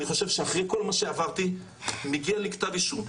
אני חושב שאחרי כל מה שעברתי מגיע לי כתב אישום,